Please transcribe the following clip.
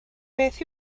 beth